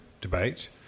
debate